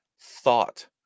thought